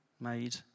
Made